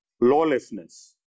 lawlessness